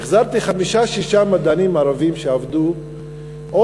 החזרתי חמישה-שישה מדענים ערבים שעבדו או